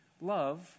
love